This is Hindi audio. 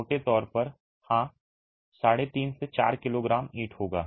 मोटे तौर पर हाँ 35 से 4 किलोग्राम ईंट होगा